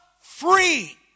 free